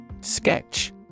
Sketch